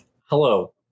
Hello